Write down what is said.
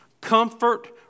comfort